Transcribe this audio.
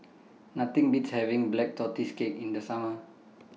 Nothing Beats having Black Tortoise Cake in The Summer